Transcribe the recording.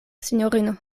sinjorino